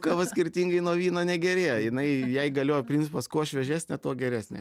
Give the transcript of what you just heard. kava skirtingai nuo vyno negerėja jinai jai galio principas kuo šviežesnė tuo geresnė